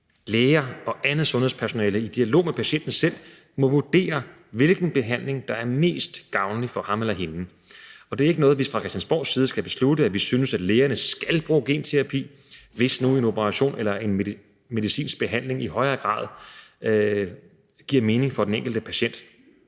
Læger og andet sundhedspersonale må i dialog med patienten selv vurdere, hvilken behandling der er mest gavnlig for ham eller hende. Og det er ikke noget, hvor vi fra Christiansborgs side skal beslutte, at vi synes, at lægerne skal bruge genterapi, hvis nu en operation eller en medicinsk behandling i højere grad giver mening for den enkelte patient.